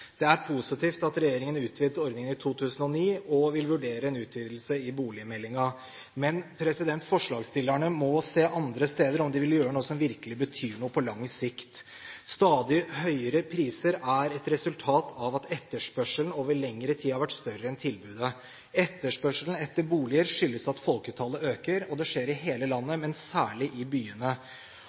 det er positivt at regjeringen utvidet ordningen i 2009 og vil vurdere en utvidelse i boligmeldingen. Men forslagsstillerne må se andre steder om de vil gjøre noe som virkelig betyr noe på lang sikt. Stadig høyere priser er et resultat av at etterspørselen over lengre tid har vært større enn tilbudet. Etterspørselen etter boliger skyldes at folketallet øker, og det skjer i hele landet, men særlig i byene.